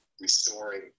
restoring